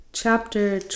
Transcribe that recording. Chapter